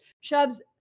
shoves